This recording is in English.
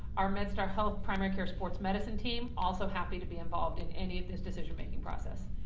our medstar health, primary care sports medicine team, also happy to be involved in any of this decision making process.